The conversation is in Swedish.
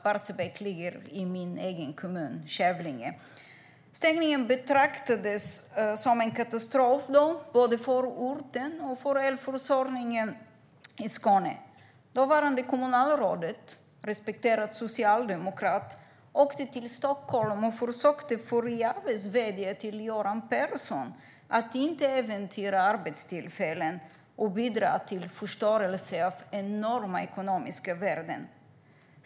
Barsebäck ligger i min egen hemkommun Kävlinge. Stängningen betraktades som en katastrof både för orten och för elförsörjningen i Skåne. Dåvarande kommunalrådet, respekterad socialdemokrat, åkte till Stockholm och försökte förgäves vädja till Göran Persson att inte äventyra arbetstillfällen och bidra till förstörelse av enorma ekonomiska värden.